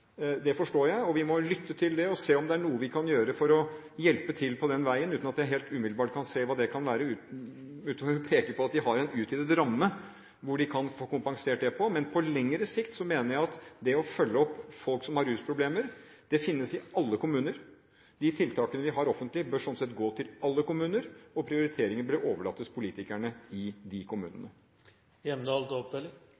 det ikke skjedde. Det forstår jeg. Vi må lytte og se på om det er noe vi kan gjøre for å hjelpe til på den veien, uten at jeg umiddelbart kan se hva det kan være – utover å peke på at de har en utvidet ramme, hvor de kan få kompensert det. Men på lengre sikt mener jeg at når det gjelder å følge opp folk som har rusproblemer – de finnes i alle kommuner – bør de tiltakene vi har offentlig, gå til alle kommuner, og prioriteringen bør overlates til politikerne i